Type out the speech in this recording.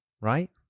Right